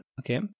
Okay